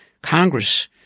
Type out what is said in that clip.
Congress